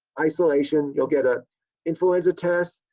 isolation, you'll get a influenza test,